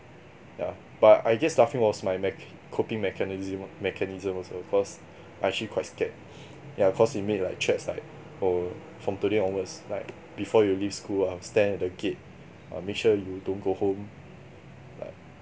yeah but I guess laughing was my mec~ coping mechanism mechanism also because I actually quite scared yeah cause he made like threats like oh from today onwards like before you leave school I'll stand at the gate I'll make sure you don't go home like